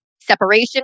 separation